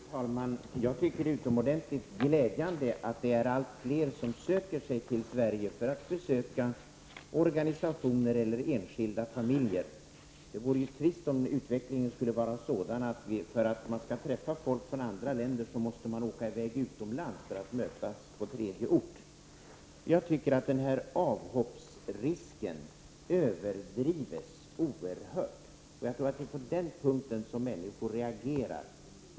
Fru talman! Jag tycker att det är utomordentligt glädjande att det är allt fler som söker sig till Sverige för att besöka organisationer eller enskilda familjer. Det vore trist om utvecklingen skulle vara sådan att man måste åka utomlands och mötas på tredje ort om man vill träffa folk från andra länder. Jag tycker att avhoppsrisken överdrivs oerhört. Det är nog på den punkten som människor reagerar.